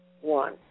One